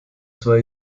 zwei